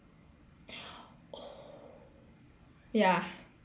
oh ya